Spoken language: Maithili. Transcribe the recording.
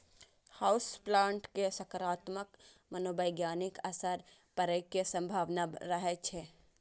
हाउस प्लांट के सकारात्मक मनोवैज्ञानिक असर पड़ै के संभावना रहै छै